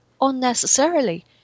unnecessarily